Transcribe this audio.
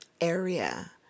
area